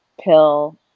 pill